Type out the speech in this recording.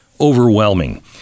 overwhelming